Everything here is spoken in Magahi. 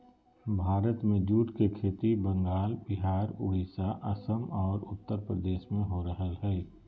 भारत में जूट के खेती बंगाल, विहार, उड़ीसा, असम आर उत्तरप्रदेश में हो रहल हई